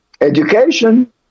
education